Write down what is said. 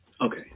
Okay